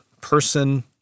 person